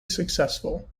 successful